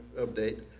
update